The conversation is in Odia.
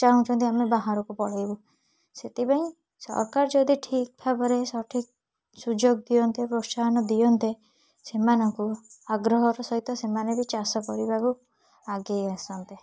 ଚାହୁଁଛନ୍ତି ଆମେ ବାହାରକୁ ପଳାଇବୁ ସେଥିପାଇଁ ସରକାର ଯଦି ଠିକ୍ ଭାବରେ ସଠିକ୍ ସୁଯୋଗ ଦିଅନ୍ତେ ପ୍ରୋତ୍ସାହନ ଦିଅନ୍ତେ ସେମାନଙ୍କୁ ଆଗ୍ରହର ସହିତ ସେମାନେ ବି ଚାଷ କରିବାକୁ ଆଗେଇ ଆସନ୍ତେ